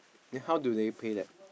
then how do they pay them